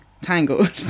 Tangled